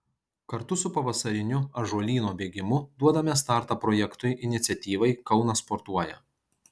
kartu su pavasariniu ąžuolyno bėgimu duodame startą projektui iniciatyvai kaunas sportuoja